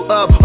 up